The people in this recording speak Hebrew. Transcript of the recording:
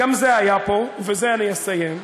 גם זה היה פה ובזה אני אסיים,